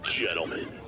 Gentlemen